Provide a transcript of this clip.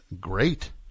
Great